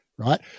right